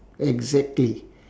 exactly